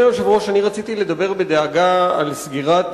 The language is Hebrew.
אדוני היושב-ראש, אני רציתי לדבר בדאגה על סגירת